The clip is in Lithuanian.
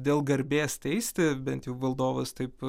dėl garbės teisti bent jau valdovas taip